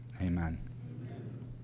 Amen